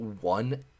one